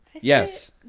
Yes